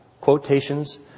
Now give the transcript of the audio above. quotations